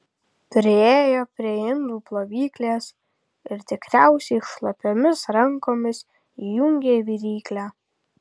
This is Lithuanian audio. priėjo prie indų plovyklės ir tikriausiai šlapiomis rankomis įjungė viryklę